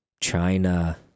China